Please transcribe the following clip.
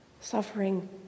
Suffering